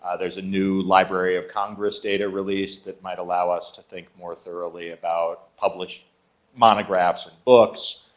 ah there's a new library of congress data release that might allow us to think more thoroughly about published monographs and books.